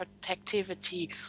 protectivity